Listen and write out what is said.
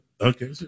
okay